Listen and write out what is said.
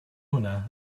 hwnna